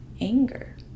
anger